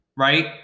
right